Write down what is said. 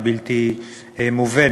היא בלתי מובנת.